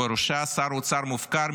ובראשה שר אוצר מופקר,